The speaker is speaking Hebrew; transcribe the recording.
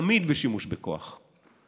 תמיד בשימוש בכוח,